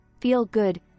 feel-good